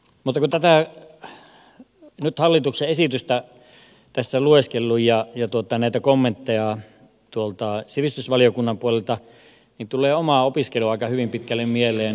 mutta kun tätä hallituksen esitystä nyt olen tässä lueskellut ja näitä kommentteja tuolta sivistysvaliokunnan puolelta niin tulee oma opiskeluaika hyvin pitkälle mieleen